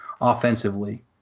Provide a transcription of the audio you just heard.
offensively